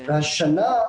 והשנה,